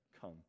come